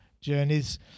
journeys